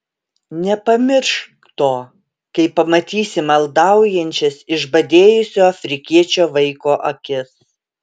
nepamiršk to kai pamatysi maldaujančias išbadėjusio afrikiečio vaiko akis